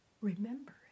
remember